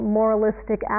moralistic